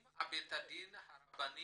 לענות לשאלה האם בית הדין הרבני